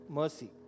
mercy